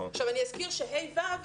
אני אזכיר שכיתות ה'-ו',